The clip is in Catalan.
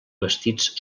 vestits